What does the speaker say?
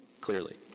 clearly